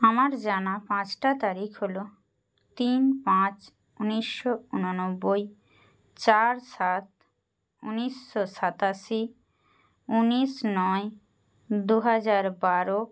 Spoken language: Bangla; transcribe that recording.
আমার জানা পাঁচটা তারিখ হল তিন পাঁচ উনিশশো ঊননব্বই চার সাত উনিশশো সাতাশি উনিশ নয় দুহাজার বারো